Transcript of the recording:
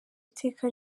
iteka